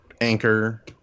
Anchor